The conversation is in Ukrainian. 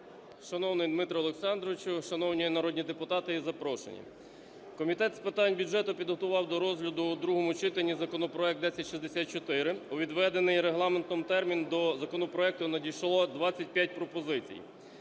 Шановний Дмитро Олександровичу, шановні народні депутати і запрошені! Комітет з питань бюджету підготував до розгляду у другому читанні законопроект 1064. У відведений Регламентом термін до законопроекту надійшло 25 пропозицій,